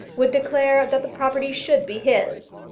would declare that the property should be his.